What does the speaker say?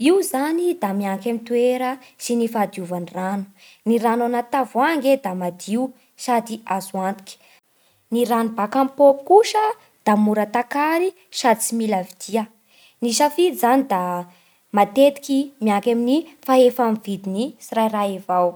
Io zany da mianky amin'ny toera sy ny fahadiovan-drano. Ny rano anaty tavoahangy e da madio sady azo antoky. Ny rano baka amin'ny paompy kosa da mora takary sady tsy mila vidia. Ny safidy zany da matetiky mianky amin'ny fahefa mividin'ny tsirairay avao.